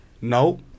Nope